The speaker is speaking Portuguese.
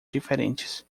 diferentes